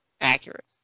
accurate